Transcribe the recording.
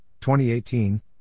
2018